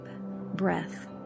breath